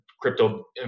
crypto